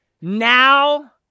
now